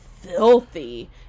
filthy